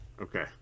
Okay